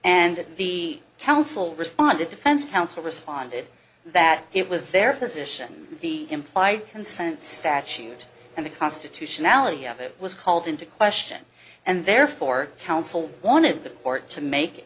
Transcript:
and the counsel responded defense counsel responded that it was their position be implied consent statute and the constitutionality of it was called into question and therefore counsel wanted the court to make